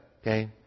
Okay